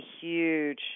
huge